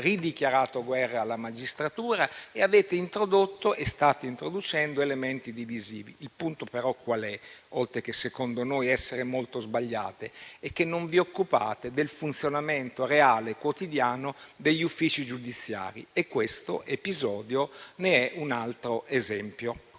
ridichiarato guerra alla magistratura e avete introdotto e state introducendo elementi divisivi. Il punto della strada che avete scelto però qual è, oltre che - secondo noi - essere molto sbagliata? Non vi occupate del funzionamento reale e quotidiano degli uffici giudiziari, e questo episodio ne è un altro esempio.